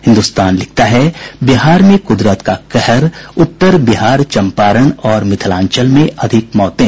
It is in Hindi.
हिन्दुस्तान लिखता है बिहार में कुदरत का कहर उत्तर बिहार चंपारण और मिथिलांचल में अधिक मौतें